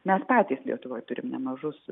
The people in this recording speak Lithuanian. mes patys lietuvoj turim nemažus